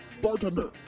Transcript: Bartender